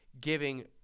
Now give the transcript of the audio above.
giving